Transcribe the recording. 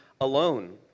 alone